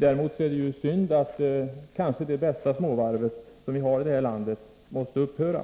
Däremot är det synd att det kanske bästa mindre varvet här i landet måste upphöra